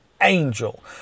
angel